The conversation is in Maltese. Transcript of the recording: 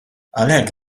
għalhekk